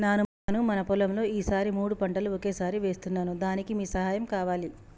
నాను మన పొలంలో ఈ సారి మూడు పంటలు ఒకేసారి వేస్తున్నాను దానికి మీ సహాయం కావాలి